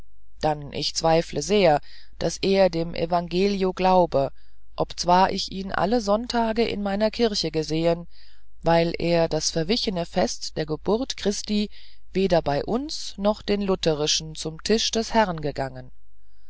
dann ich zweifle sehr daß er dem evangelio glaube obzwar ich ihn alle sonntage in meiner kirche gesehen weil er das verwichene fest der geburt christi weder bei uns noch den lutherischen zum tisch des herrn gangen